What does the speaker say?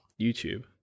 YouTube